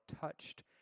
touched